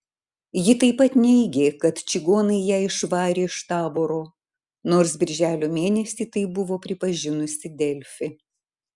ji taip pat neigė kad čigonai ją išvarė iš taboro nors birželio mėnesį tai buvo pripažinusi delfi